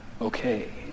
okay